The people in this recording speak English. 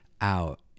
out